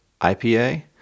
IPA